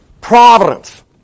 providence